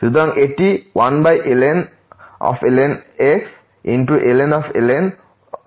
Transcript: সুতরাং এটি 1ln x ln 1sin x